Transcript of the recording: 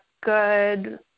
good